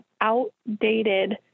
outdated